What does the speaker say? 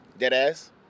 deadass